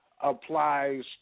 applies